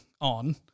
on